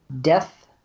Death